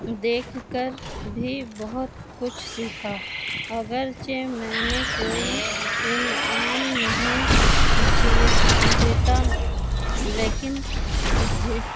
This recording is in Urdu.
دیکھ کر بھی بہت کچھ سیکھا اگرچہ میں نے کوئی انعام نہیں جیت جیتا لیکن ج